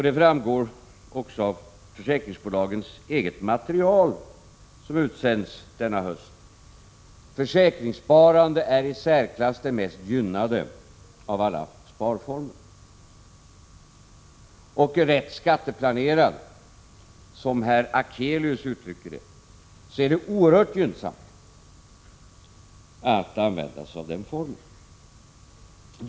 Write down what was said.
Det framgår också av försäkringsbolagens eget material, som utsänts denna höst, att försäkringssparandet är den i särklass mest gynnade sparformen. Med rätt skatteplanering, som herr Akselius uttrycker det, är det oerhört gynnsamt att använda sig av denna form av sparande.